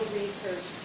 research